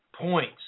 points